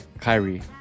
Kyrie